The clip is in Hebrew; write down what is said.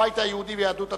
הבית היהודי ויהדות התורה.